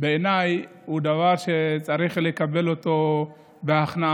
בעיניי הוא דבר שצריך לקבל אותו בהכנעה.